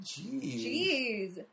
Jeez